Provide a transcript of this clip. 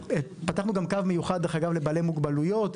פתחנו גם קו מיוחד לבעלי מוגבלויות,